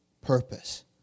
purpose